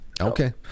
okay